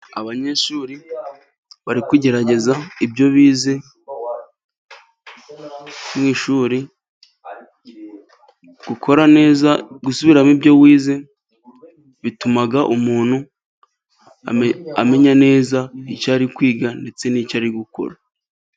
Abanyeshuri bari kugerageza ibyo bize mu ishuri, gukora neza, gusubiramo ibyo wize, bituma umuntu amenya neza icyari kwiga ndetse n'icyo ari gukora.